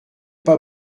pas